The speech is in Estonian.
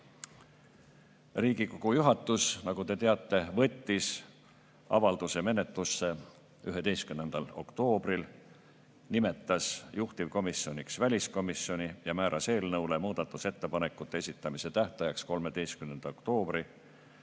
Moskvas. Riigikogu juhatus, nagu te teate, võttis avalduse menetlusse 11. oktoobril, nimetas juhtivkomisjoniks väliskomisjoni ja määras eelnõu kohta muudatusettepanekute esitamise tähtajaks 13. oktoobri